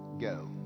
go